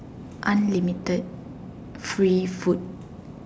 unlimited free food